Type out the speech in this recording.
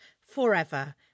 forever